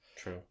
True